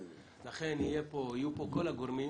לכן יהיו פה כל הגורמים